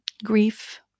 Grief